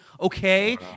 okay